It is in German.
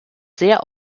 sehr